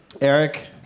Eric